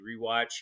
Rewatch